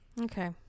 Okay